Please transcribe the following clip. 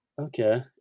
okay